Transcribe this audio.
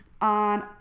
on